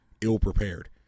ill-prepared